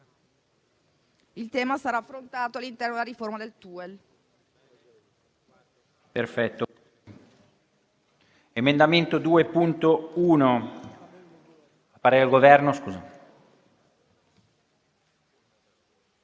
il tema sarà affrontato all'interno della riforma del TUEL.